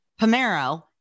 Pomero